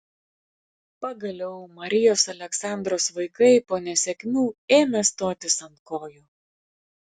pagaliau marijos aleksandros vaikai po nesėkmių ėmė stotis ant kojų